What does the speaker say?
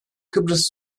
kıbrıs